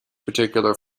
particular